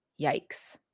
Yikes